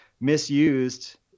misused